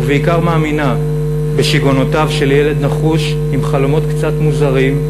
ובעיקר מאמינה בשיגעונותיו של ילד נחוש עם חלומות קצת מוזרים,